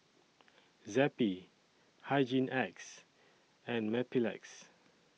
Zappy Hygin X and Mepilex